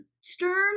Stern